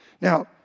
Now